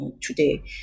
today